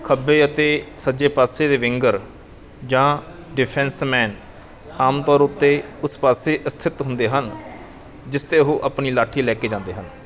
ਖੱਬੇ ਅਤੇ ਸੱਜੇ ਪਾਸੇ ਦੇ ਵਿੰਗਰ ਜਾਂ ਡਿਫੈਂਸ ਮੈਨ ਆਮ ਤੌਰ ਉੱਤੇ ਉਸ ਪਾਸੇ ਸਥਿਤ ਹੁੰਦੇ ਹਨ ਜਿਸ 'ਤੇ ਉਹ ਆਪਣੀ ਲਾਠੀ ਲੈ ਕੇ ਜਾਂਦੇ ਹਨ